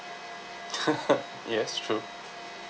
yes true